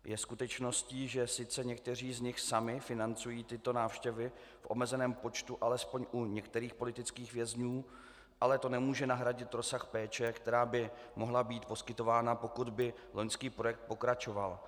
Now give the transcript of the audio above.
Je skutečností, že sice někteří z nich sami financují tyto návštěvy v omezeném počtu alespoň u některých politických vězňů, ale to nemůže nahradit rozsah péče, která by mohla být poskytována, pokud by loňský projekt pokračoval.